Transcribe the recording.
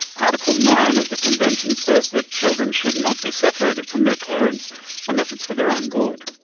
article nine of the convention says that children should not be separated from their parents unless it's for their own good,